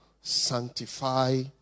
sanctify